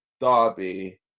Derby